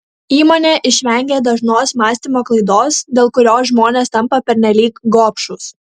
įmonė išvengė dažnos mąstymo klaidos dėl kurios žmonės tampa pernelyg gobšūs